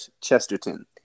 Chesterton